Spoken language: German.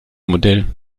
modell